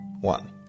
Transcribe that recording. one